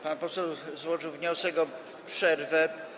Pan poseł złożył wniosek o przerwę.